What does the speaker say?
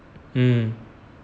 mm